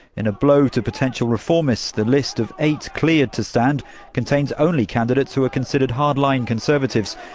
in a blow to potential reformists, the list of eight cleared to stand contains only candidates who are considered hardline conservatives.